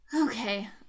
Okay